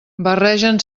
barregen